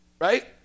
right